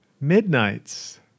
Midnights